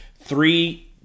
three